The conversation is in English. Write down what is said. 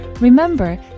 Remember